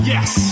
Yes